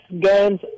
guns